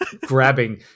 grabbing